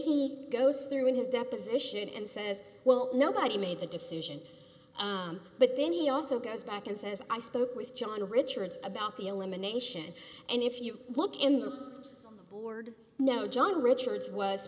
he goes through in his deposition and says well nobody made a decision but then he also goes back and says i spoke with john richards about the elimination and if you look in the board no john richards was